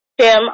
Tim